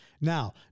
Now